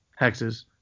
hexes